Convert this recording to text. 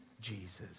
Jesus